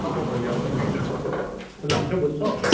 र म भोलि आउनु एन्टर गरौँ खुल्ला हुन्छ भोलि सप